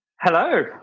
Hello